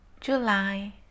July